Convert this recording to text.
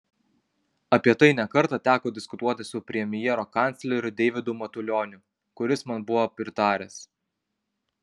apie tai ne kartą teko diskutuoti su premjero kancleriu deividu matulioniu kuris man buvo pritaręs